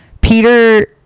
Peter